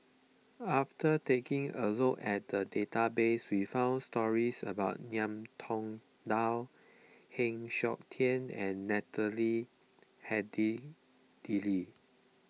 after taking a look at the database we found stories about Ngiam Tong Dow Heng Siok Tian and Natalie Hennedige